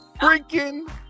freaking